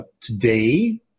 Today